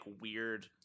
weird